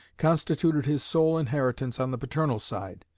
constituted his sole inheritance on the paternal side.